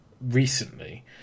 recently